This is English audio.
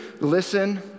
listen